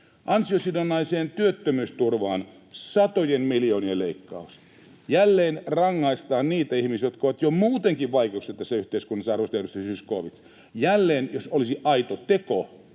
Ansiosidonnaiseen työttömyysturvaan satojen miljoonien leikkaus. Jälleen rangaistaan niitä ihmisiä, jotka ovat jo muutenkin vaikeuksissa tässä yhteiskunnassa, arvoisa edustaja Zyskowicz. Jälleen, jos se olisi aito teko,